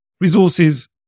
resources